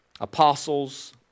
Apostles